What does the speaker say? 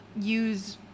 use